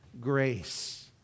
Grace